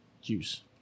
juice